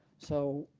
so